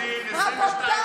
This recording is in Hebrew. טלי, את עורכת דין 22 שנה.